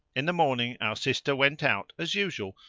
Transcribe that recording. in the morning our sister went out, as usual,